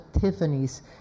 Tiffany's